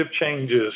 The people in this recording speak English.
changes